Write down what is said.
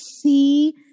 see